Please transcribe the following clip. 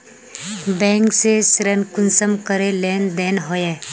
Bank से ऋण कुंसम करे लेन देन होए?